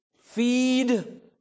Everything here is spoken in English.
feed